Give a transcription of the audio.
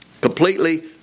completely